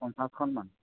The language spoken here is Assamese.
পঞ্চাছখনমান